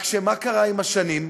רק מה קרה עם השנים?